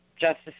justice